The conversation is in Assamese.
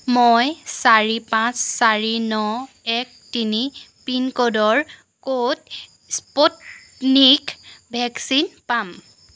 মই চাৰি পাঁচ চাৰি ন এক তিনি পিনক'ডৰ ক'ত স্পুটনিক ভেকচিন পাম